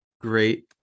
great